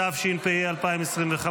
התשפ"ה 2024,